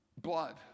blood